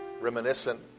reminiscent